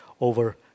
over